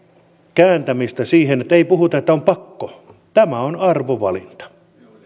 kääntymistä siihen että ei puhuta että on pakko tämä on arvovalinta